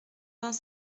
vingt